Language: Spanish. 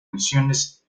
misiones